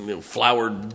flowered